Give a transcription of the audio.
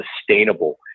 sustainable